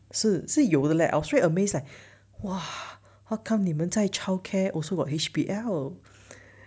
是是有的 leh I was very amazed leh !wah! how come 你们在 childcare also got H_B_L